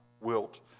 wilt